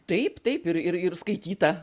taip taip ir ir ir skaityta